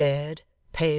scared,